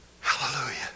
Hallelujah